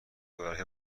برای